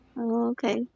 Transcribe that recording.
Okay